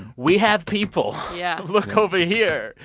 we have people. yeah look over here.